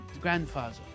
grandfather